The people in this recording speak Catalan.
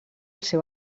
seu